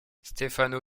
stefano